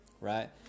right